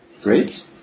Great